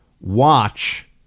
watch